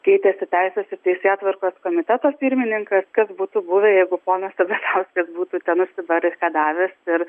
keitėsi teisės ir teisėtvarkos komiteto pirmininkas kas būtų buvę jeigu ponas sabatauskas būtų ten užsibarikadavęs ir